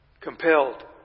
compelled